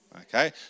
okay